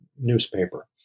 newspaper